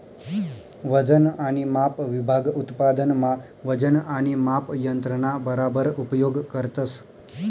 वजन आणि माप विभाग उत्पादन मा वजन आणि माप यंत्रणा बराबर उपयोग करतस